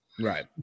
right